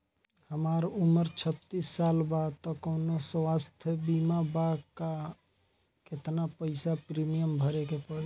हमार उम्र छत्तिस साल बा त कौनों स्वास्थ्य बीमा बा का आ केतना पईसा प्रीमियम भरे के पड़ी?